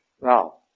Now